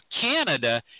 Canada